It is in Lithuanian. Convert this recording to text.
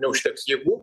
neužteks jėgų